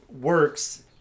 works